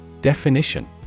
Definition